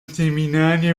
seminario